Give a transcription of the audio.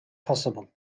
possible